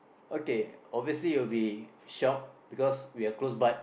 okay obviously it will be shock because we are close bud